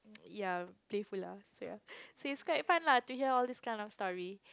ya playful lah so ya so it's quite fun lah to hear all this kind of story